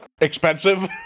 Expensive